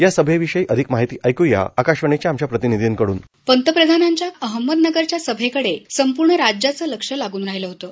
या सभेविषयी अधिक माहिती ऐक्या आकाशवाणीच्या आमच्या प्रतिनिधीकडून बाईट पंतप्रधानांच्या अहमदनगरच्या सभैकडे संपूर्ण राज्याचं लक्ष लागून राहिलं होतं